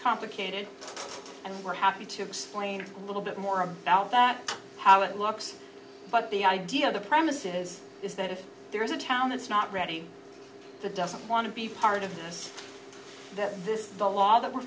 complicated and we're happy to explain a little bit more about that how it looks but the idea of the premises is that if there is a town that's not reading the doesn't want to be part of that this is the law that we're